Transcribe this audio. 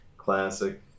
Classic